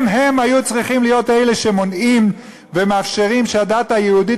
הם-הם היו צריכים להיות אלה שמונעים ומאפשרים שהדת היהודית,